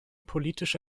politische